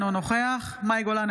אינו נוכח מאי גולן,